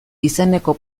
izeneko